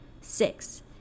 Six